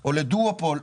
או לדואופול.